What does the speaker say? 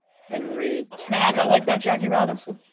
henry mark i like that jackie robinson.